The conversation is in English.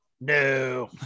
No